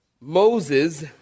Moses